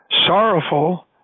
sorrowful